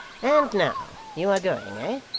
and now you are going, ah